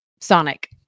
Sonic